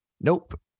Nope